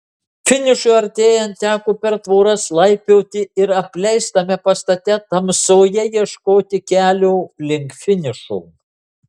finišui artėjant teko per tvoras laipioti ir apleistame pastate tamsoje ieškoti kelio link finišo